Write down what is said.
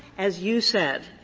as you said,